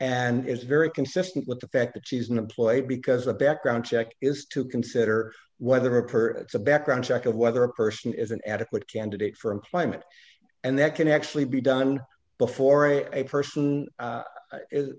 and is very consistent with the fact that she's an employee because a background check is to consider whether a purchase a background check of whether a person is an adequate candidate for employment and that can actually be done before a person